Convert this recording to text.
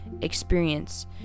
experience